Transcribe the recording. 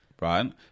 Right